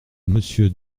monsieur